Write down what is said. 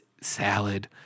salad